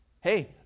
Hey